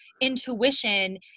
intuition